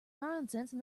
nonsense